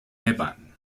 evan